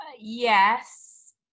Yes